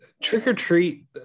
trick-or-treat